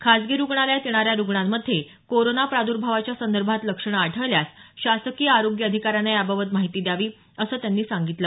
खासगी रुग्णालयात येणाऱ्या रुग्णांमध्ये कोरोना प्रादुर्भावाच्या संदर्भात लक्षणं आढळल्यास शासकीय आरोग्य अधिकाऱ्यांना याबाबत माहिती द्यावी असं त्यांनी सांगितलं